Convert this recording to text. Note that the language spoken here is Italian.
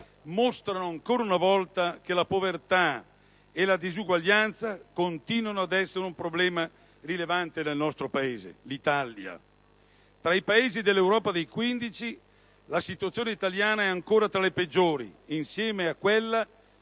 mostrano ancora una volta che la povertà e la disuguaglianza continuano ad essere un problema rilevante nel nostro Paese. Tra i Paesi dell'Europa «a 15», la situazione italiana è ancora tra le peggiori, insieme a quella